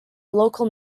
local